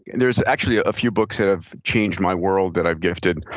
there's actually a few books that have changed my world that i've gifted.